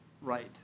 right